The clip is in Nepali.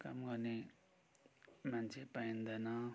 काम गर्ने मान्छे पाइँदैन